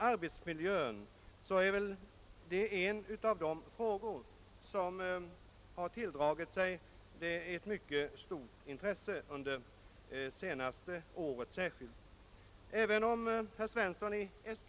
Arbetsmiljön är en av de frågor som tilldragit sig mycket stort intresse, särskilt under det senaste året.